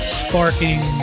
sparking